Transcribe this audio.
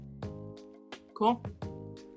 Cool